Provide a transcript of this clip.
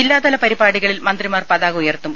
ജില്ലാതല പരിപാടികളിൽ മന്ത്രിമാർ പതാക ഉയർത്തും